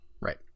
Right